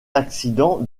accident